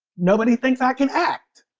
nobody thinks i can act